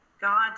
God